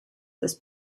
this